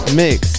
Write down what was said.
mix